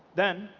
then,